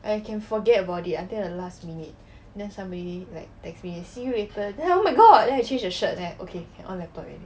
I can forget about it until the last minute then somebody like text me see you later then oh my god then I change a shirt then okay can on laptop already